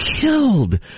killed